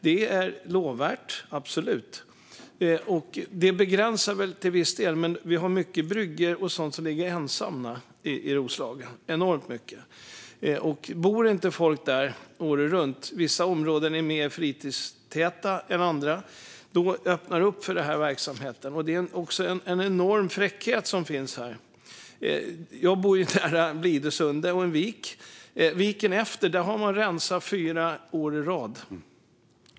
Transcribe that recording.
Det är lovvärt, absolut, och det begränsar till viss del. Men vi har enormt många bryggor som ligger ensamma i Roslagen. Vissa områden är mer fritidshustäta än andra, och om folk inte bor där året runt öppnar det upp för den här verksamheten. Det finns en enorm fräckhet. Jag bor nära Blidösundet vid en vik, och i nästa vik har de rensat fyra år i rad.